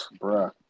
Bruh